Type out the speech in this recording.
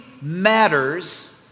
matters